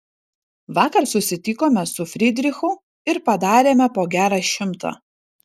vakar susitikome su fridrichu ir padarėme po gerą šimtą